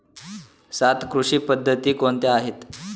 सात कृषी पद्धती कोणत्या आहेत?